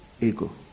ego